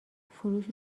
فروش